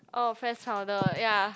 oh press powder ya